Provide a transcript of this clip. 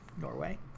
Norway